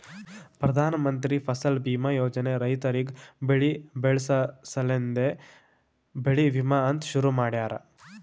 ಪ್ರಧಾನ ಮಂತ್ರಿ ಫಸಲ್ ಬೀಮಾ ಯೋಜನೆ ರೈತುರಿಗ್ ಬೆಳಿ ಬೆಳಸ ಸಲೆಂದೆ ಬೆಳಿ ವಿಮಾ ಅಂತ್ ಶುರು ಮಾಡ್ಯಾರ